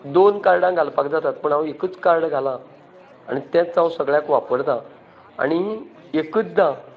दोन कार्डां घालपाक जाता पूण हांव एकूच कार्ड घाला आनी तेंच हांव सगळ्याक वापरता आणी एकचदा